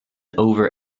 over